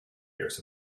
years